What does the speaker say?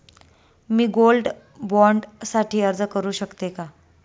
मी gold bond साठी अर्ज करु शकते का?